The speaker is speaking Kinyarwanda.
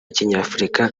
kinyafurika